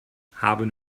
haben